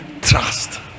trust